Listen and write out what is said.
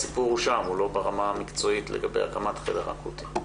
לגבי הקמת החדר האקוטי.